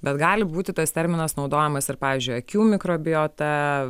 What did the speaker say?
bet gali būti tas terminas naudojamas ir pavyzdžiui akių mikrobiota